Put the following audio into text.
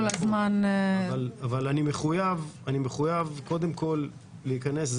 אבל אני מחויב קודם כל להיכנס.